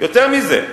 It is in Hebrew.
יותר מזה,